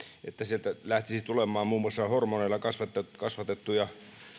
että sieltä lähtisi tulemaan muun muassa hormoneilla kasvatettuja kasvatettuja